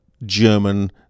German